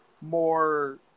more